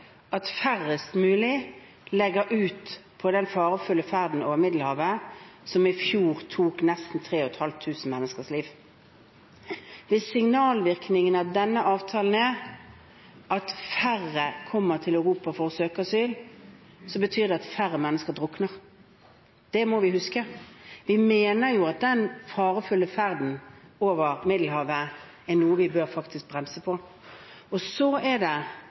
at færrest mulig legger ut på den farefulle ferden over Middelhavet, som i fjor tok nesten 3 500 menneskers liv. Hvis signalvirkningene av denne avtalen er at færre kommer til Europa for å søke asyl, betyr det at færre mennesker drukner. Det må vi huske. Vi mener jo at den farefulle ferden over Middelhavet er noe vi faktisk bør bremse,